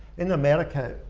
in america,